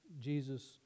Jesus